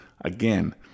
Again